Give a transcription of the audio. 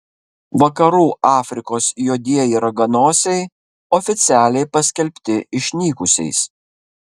vakarų afrikos juodieji raganosiai oficialiai paskelbti išnykusiais